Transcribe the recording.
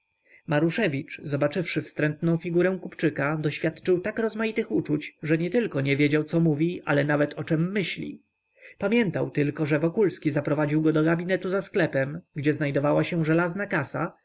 maruszewicz zobaczywszy wstrętną figurę kupczyka doświadczył tak rozmaitych uczuć że nie tylko nie wiedział co mówi ale nawet o czem myśli pamiętał tylko że wokulski zaprowadził go do gabinetu za sklepem gdzie znajdowała się żelazna kasa